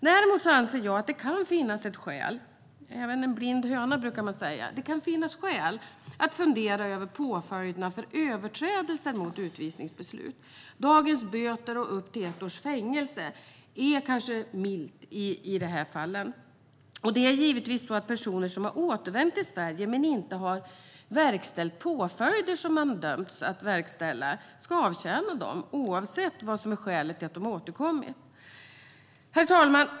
Däremot anser jag att det kan finnas skäl - även en blind höna, brukar man säga - att fundera över påföljderna för överträdelser mot utvisningsbeslut. Dagens straff, böter och upp till ett års fängelse, är kanske väl milt i dessa fall. Det är givetvis så att personer som har återvänt till Sverige men inte har verkställt de påföljder man har dömts att verkställa ska avtjäna dem, oavsett vad som är skälet till att de har återkommit. Herr talman!